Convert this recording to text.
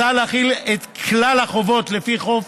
ההצעה להחיל את כלל החובות לפי חוק